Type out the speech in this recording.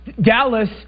Dallas